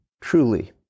truly